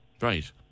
Right